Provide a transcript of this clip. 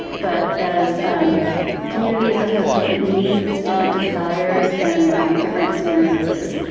but as communities that have different needs, different desires and different experiences.